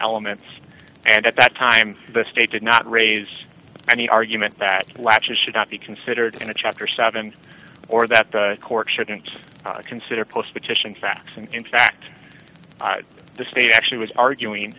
elements and at that time the state did not raise any argument that latches should not be considered in a chapter seven or that the court shouldn't consider close petition facts and in fact the state actually was arguing